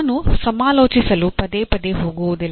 ನಾನು ಸಮಾಲೋಚಿಸಲು ಪದೇ ಪದೇ ಹೋಗುವುದಿಲ್ಲ